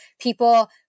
people